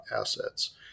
assets